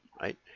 right